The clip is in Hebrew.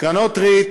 קרנות ריט